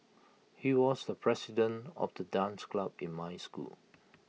he was the president of the dance club in my school